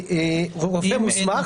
רופא מוסמך,